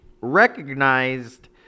recognized